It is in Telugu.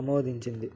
ఆమోదించింది